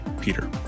Peter